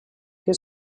que